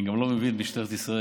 אני גם לא מבין את משטרת ישראל.